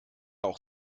auch